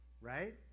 right